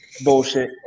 bullshit